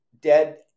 dead